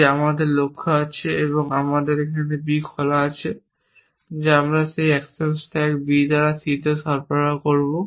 যে আমাদের লক্ষ্য আছে এবং এখানে B খোলা আছে যা আমি সেই অ্যাকশন স্ট্যাক B দ্বারা C তে সরবরাহ করব